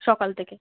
সকাল থেকে